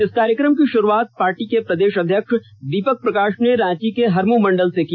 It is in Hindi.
इस कार्यक्रम की शुरुआत पार्टी के प्रदेश अध्यक्ष दीपक प्रकाश ने रांची के हरमू मंडल से की